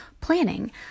planning